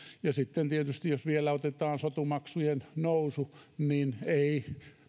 ja sitten tietysti jos vielä otetaan sotu maksujen nousu niin ei